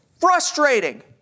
frustrating